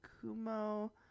Kumo